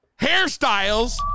hairstyles